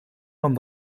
van